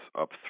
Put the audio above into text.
up